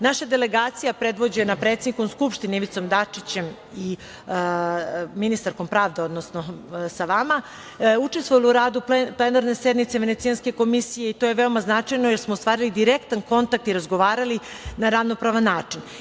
Naša delegacija, predvođena predsednikom Skupštine, Ivicom Dačićem i ministarkom pravde, odnosno sa vama, učestvovala je u radu plenarne sednice Venecijanske komisije i to je veoma značajno, jer smo ostvarili direktan kontakt i razgovarali na ravnopravan način.